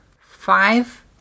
five